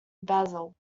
basel